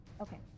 Okay